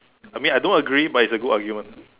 I mean I don't agree but it's a good argument